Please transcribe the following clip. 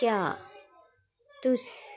क्या तुस